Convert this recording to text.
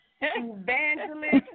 evangelist